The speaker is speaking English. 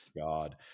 God